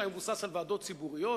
שהיה מבוסס על ועדות ציבוריות,